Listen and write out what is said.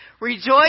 Rejoice